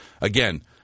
again